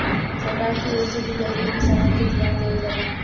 सरकार के ओर से भी गरीब किसानन के धियान देवल जाला